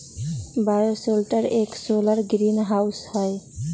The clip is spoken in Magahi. बायोशेल्टर एक सोलर ग्रीनहाउस हई